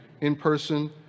in-person